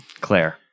claire